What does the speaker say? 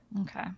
Okay